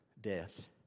death